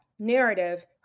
Narrative